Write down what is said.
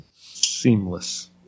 Seamless